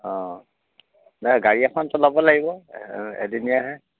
অঁ নাই গাড়ী এখনতো ল'ব লাগিব এদিনীয়াহে